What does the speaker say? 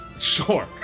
Sure